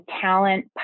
talent